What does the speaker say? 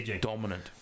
dominant